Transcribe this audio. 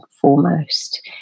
foremost